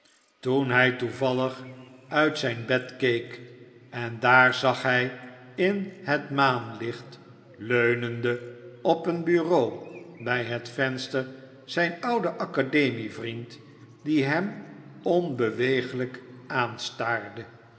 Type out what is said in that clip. toen hjj toevallig uit zjjn bed keek en daar zag hjj in het maanlicht leunende op een bureau bjj het venster zijn ouden academie vriend die hem onbeweeglijk aanstaarde